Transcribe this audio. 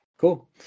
Cool